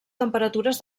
temperatures